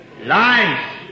life